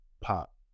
pop